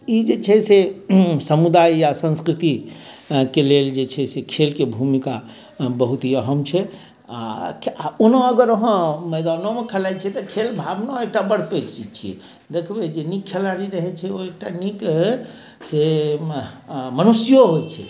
ई जे छै से समुदाय या संस्कृतिके लेल जे छै से खेलके भूमिका बहुत ही अहम छै आ ओना अगर अहाँ मैदानोमे खेलाय छी तऽ खेल भावना एकटा बड़ पैघ चीज छियै देखबै जे नीक खिलाड़ी रहैत छै ओ एकटा नीक से मनुष्यो होइत छै